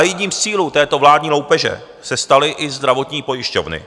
Jedním z cílů této vládní loupeže se staly i zdravotní pojišťovny.